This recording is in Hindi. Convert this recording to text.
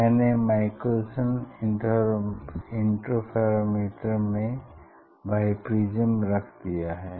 मने माईकलसन इंटरफेरोमीटर में बाइप्रिज्म रख दिया है